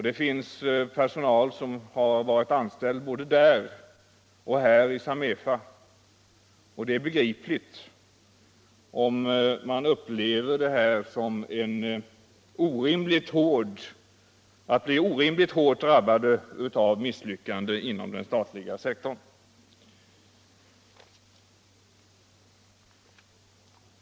Det finns personal som har varit anställd både där och i Samefa. och det är begripligt om denna upplever aut den blir orimligt hårt drabbad av misslyckande inom den statliga sektorn.